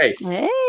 Nice